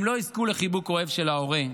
הם לא יזכו לחיבוק אוהב של ההורה.